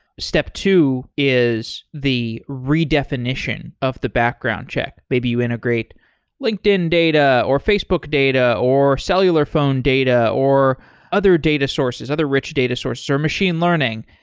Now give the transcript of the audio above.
step two is the redefinition of the background check. maybe you integrate linkedin data, or facebook data, or cellular phone data, or other data sources, other rich data source, or machine learning.